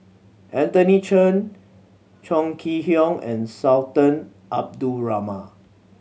Anthony Chen Chong Kee Hiong and Sultan Abdul Rahman